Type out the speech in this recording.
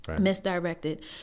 Misdirected